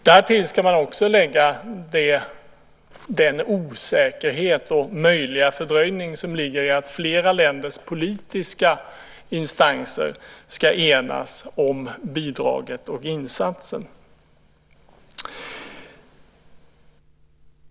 Därtill ska också läggas den osäkerhet och möjliga fördröjning som ligger i att flera länders politiska instanser ska enas om bidraget och insatsen.